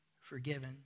forgiven